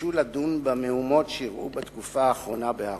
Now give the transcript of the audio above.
ביקשו לדון במהומות שאירעו בתקופה האחרונה בהר-הבית.